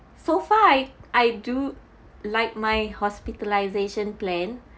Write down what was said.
so far I I do like my hospitalisation plan